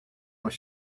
with